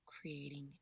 creating